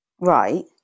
right